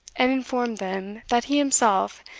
and informed them, that he himself,